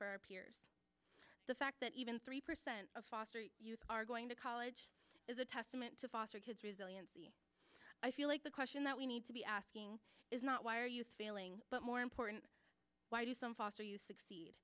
for our peers the fact that even three percent of foster youth are going to college is a testament to foster kids resilience i feel like the question that we need to be asking is not why are you failing but more important why do some foster you succeed